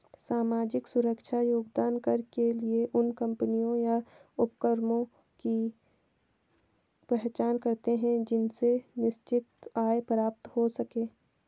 सामाजिक सुरक्षा योगदान कर के लिए उन कम्पनियों या उपक्रमों की पहचान करते हैं जिनसे निश्चित आय प्राप्त हो सके